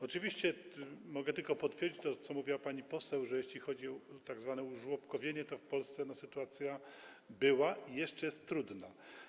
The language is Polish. Oczywiście mogę tylko potwierdzić to, co mówiła pani poseł, że jeśli chodzi o tzw. użłobkowienie, to w Polsce sytuacja była i jeszcze jest trudna.